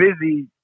busy